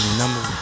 number